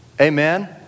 amen